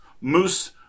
moose